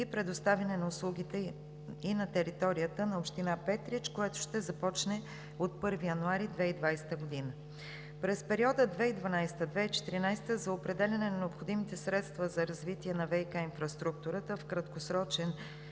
предоставяне на услугите и на територията на община Петрич, което ще започне от 1 януари 2020 г. През периода 2012 – 2014 г. за определяне на необходимите средства за развитие на инфраструктурата в краткосрочен,